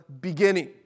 beginning